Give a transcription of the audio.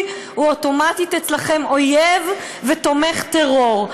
הוא אוטומטית אצלכם אויב ותומך טרור,